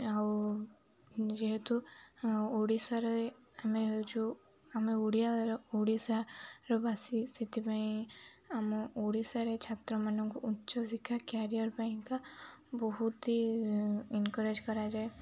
ଆଉ ଯେହେତୁ ଓଡ଼ିଶାରେ ଆମେ ହେଉଛୁ ଆମେ ଓଡ଼ିଆ ଓଡ଼ିଶାର ବାସି ସେଥିପାଇଁ ଆମ ଓଡ଼ିଶାରେ ଛାତ୍ରମାନଙ୍କୁ ଉଚ୍ଚ ଶିକ୍ଷା କ୍ୟାରିଅର୍ ପାଇଁକା ବହୁତ ଏନକରେଜ୍ କରାଯାଏ